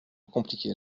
compliquer